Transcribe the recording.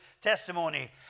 testimony